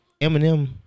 Eminem